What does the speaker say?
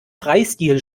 freistil